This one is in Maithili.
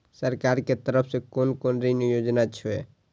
सरकार के तरफ से कोन कोन ऋण योजना छै?